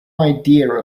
idea